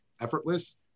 effortless